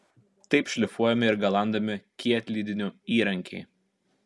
taip šlifuojami ir galandami kietlydinių įrankiai